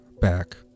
back